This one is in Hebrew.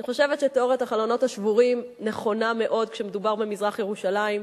אני חושבת שתיאוריית החלונות השבורים נכונה מאוד כשמדובר במזרח-ירושלים,